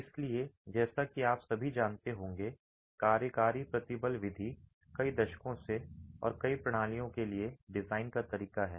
इसलिए जैसा कि आप सभी जानते होंगे कार्यकारी प्रतिबल विधि कई दशकों से और कई प्रणालियों के लिए डिजाइन का तरीका है